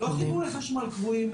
לא חיבורי חשמל קבועים,